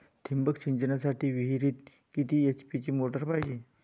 ठिबक सिंचनासाठी विहिरीत किती एच.पी ची मोटार पायजे?